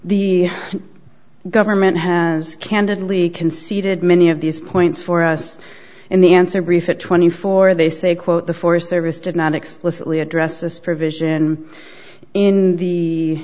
the government has candidly conceded many of these points for us and the answer brief it twenty four they say quote the forest service did not explicitly address this provision in the